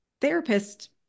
therapist